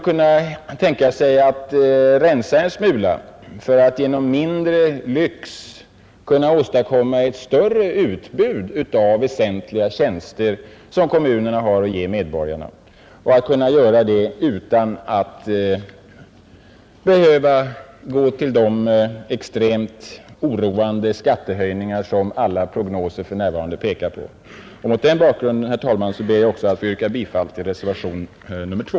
Genom mindre lyx skulle man kanske kunna åstadkomma ett större utbud av väsentliga tjänster som kommunerna har att ge medborgarna utan att behöva genomföra de oroande skattehöjningar som alla prognoser för närvarande pekar på. Mot den bakgrunden, herr talman, ber jag att få yrka bifall till reservationen 2.